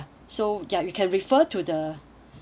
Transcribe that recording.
so ya you can refer to the